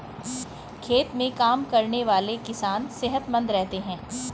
खेत में काम करने वाले किसान सेहतमंद रहते हैं